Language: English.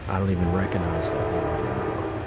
i don't even recognize that word anymore.